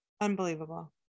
unbelievable